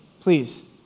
Please